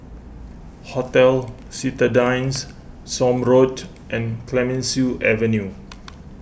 Hotel Citadines Somme Road and Clemenceau Avenue